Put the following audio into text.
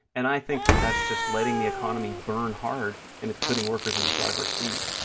and i think that that's just letting the economy burn hard, and it's putting workers in the driver's seat.